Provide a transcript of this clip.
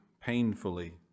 painfully